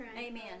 Amen